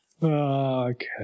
Okay